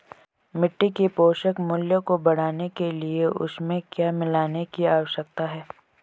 मिट्टी के पोषक मूल्य को बढ़ाने के लिए उसमें क्या मिलाने की आवश्यकता है?